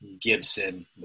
Gibson